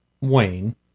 Wayne